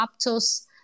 Aptos